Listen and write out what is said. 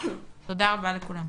תודה רבה לכולם.